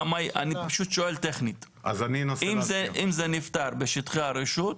אני פשוט שואל טכנית אם זה נבדק בשטחי הרשות,